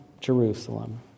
Jerusalem